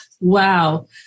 wow